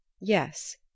Yes